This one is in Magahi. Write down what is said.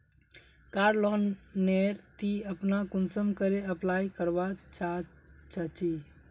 कार लोन नेर ती अपना कुंसम करे अप्लाई करवा चाँ चची?